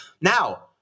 Now